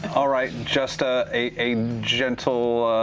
all right, and just ah a gentle.